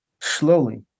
Slowly